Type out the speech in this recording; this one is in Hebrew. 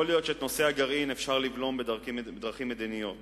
יכול להיות שאת נושא הגרעין אפשר לבלום בדרכים מדיניות